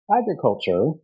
agriculture